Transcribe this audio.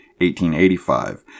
1885